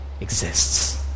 exists